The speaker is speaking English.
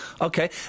Okay